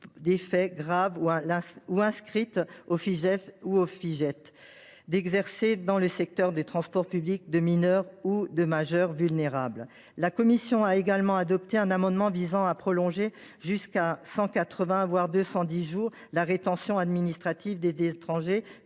des faits graves ou inscrites au Fijais ou au Fijait d’exercer dans le secteur du transport public de mineurs ou de majeurs vulnérables. La commission a également adopté un amendement prolongeant jusqu’à 180, voire 210 jours, la durée de la rétention administrative des étrangers